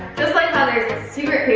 just like how there's secret pages